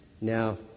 Now